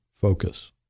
focus